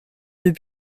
deux